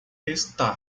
está